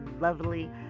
lovely